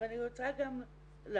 אבל אני רוצה גם לחלוק